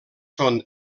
són